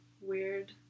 weird